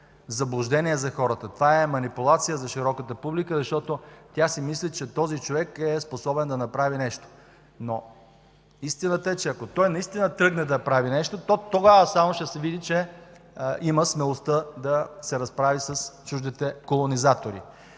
заблуждение за хората, това е манипулация за широката публика, защото тя си мисли, че този човек е способен да направи нещо, но истината е, че, ако той наистина тръгне да прави нещо, то тогава само ще се види, че има смелостта да се разправи с чуждите колонизатори.